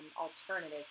alternative